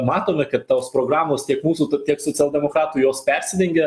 matome kad tos programos tiek mūsų tiek socialdemokratų jos persidengia